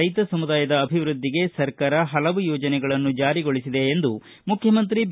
ರೈತ ಸಮುದಾಯದ ಅಭಿವ್ಯದ್ದಿಗೆ ಸರ್ಕಾರ ಅಲವು ಯೋಜನೆಗಳನ್ನು ಜಾರಿಗೊಳಿಸಿದೆ ಎಂದು ಮುಖ್ಚಮಂತ್ರಿ ಬಿ